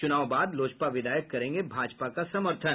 चुनाव बाद लोजपा विधायक करेंगे भाजपा का समर्थन